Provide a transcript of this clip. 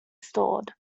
stalled